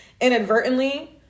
inadvertently